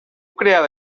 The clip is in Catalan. creada